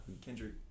Kendrick